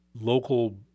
local